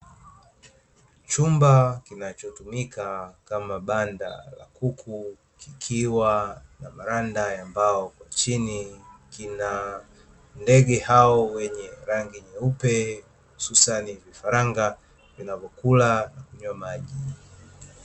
Chumba kinachotumika kama banda la kuku, kikiwa na maranda ya mbao kwa chini, kina ndege hao wenye rangi nyeupe, hususani vifaranga vinavyokula na kunywa maji.